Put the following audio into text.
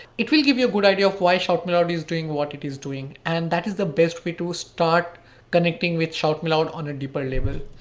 it will give you a good idea of why shoutmeloud is doing what it is doing. and that is the best way to start connecting with shoutmeloud on a deeper level.